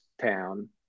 town